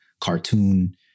cartoon